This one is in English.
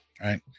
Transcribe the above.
Right